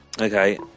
Okay